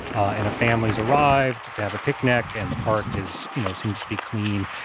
and a family's arrived to have a picnic. and the park is, you know, seems to be clean.